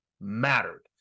mattered